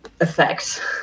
effect